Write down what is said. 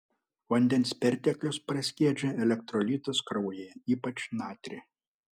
vandens perteklius praskiedžia elektrolitus kraujyje ypač natrį